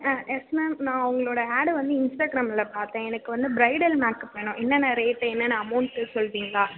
ஆ yes ma'am நான் உங்களோட ஆடை வந்து இன்ஸ்டாக்ராமில் பார்த்தேன் எனக்கு வந்து ப்ரைடல் மேக்அப் வேணும் என்னென்ன ரேட்டு என்னென்ன அமௌண்ட்டு சொல்லிடிங்களா